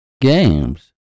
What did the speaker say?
games